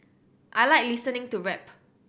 I like listening to rap